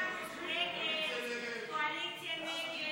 ההסתייגות (28) של חברת הכנסת